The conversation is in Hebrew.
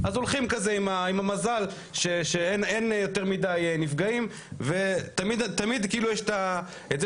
אז הולכים כזה עם המזל שאין יותר מידי נפגעים ותמיד כאילו יש את זה